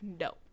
no